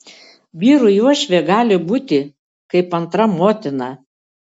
vyrui uošvė gali būti kaip antra motina